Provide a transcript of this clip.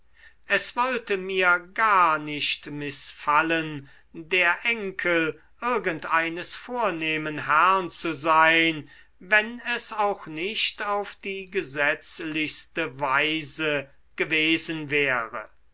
es wollte mir gar nicht mißfallen der enkel irgend eines vornehmen herrn zu sein wenn es auch nicht auf die gesetzlichste weise gewesen wäre